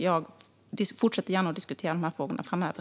Jag fortsätter gärna att diskutera dessa frågor framöver.